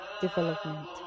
development